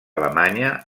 alemanya